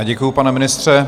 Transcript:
Děkuju, pane ministře.